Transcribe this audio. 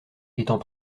étant